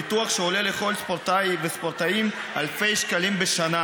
ביטוח שעולה לכל ספורטאי וספורטאית אלפי שקלים בשנה.